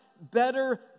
better